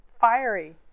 Fiery